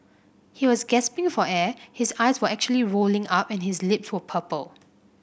he was gasping for air his eyes were actually rolling up and his lips were purple